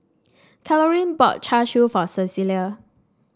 Carolyne bought Char Siu for Cecilia